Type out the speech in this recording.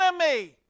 enemy